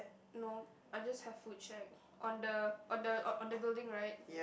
no I just have food shack on the on the on the building right